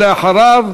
אחריו,